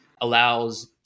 allows